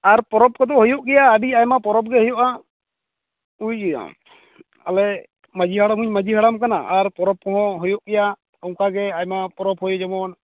ᱟᱨ ᱯᱚᱨᱚᱵᱽ ᱠᱚᱫᱚ ᱦᱩᱭᱩᱜ ᱜᱮᱭᱟ ᱟᱹᱰᱤ ᱟᱭᱢᱟ ᱯᱚᱨᱚᱵᱽ ᱜᱮ ᱦᱩᱭᱩᱜᱼᱟ ᱵᱩᱡ ᱠᱮᱫᱟᱢ ᱟᱞᱮ ᱢᱟᱺᱡᱷᱤ ᱦᱟᱲᱟᱢ ᱦᱚᱧ ᱢᱟᱺᱡᱷᱤ ᱦᱟᱲᱟᱢ ᱠᱟᱱᱟ ᱟᱨ ᱯᱚᱨᱚᱵᱽ ᱠᱚᱦᱚᱸ ᱦᱩᱭᱩᱜ ᱜᱮᱭᱟ ᱚᱱᱠᱟ ᱜᱮ ᱟᱭᱢᱟ ᱯᱚᱨᱚᱵᱽ ᱠᱚᱜᱮ ᱡᱮᱢᱚᱱ